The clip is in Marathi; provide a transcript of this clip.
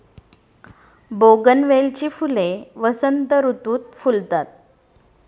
बोगनवेलीची फुले वसंत ऋतुत फुलतात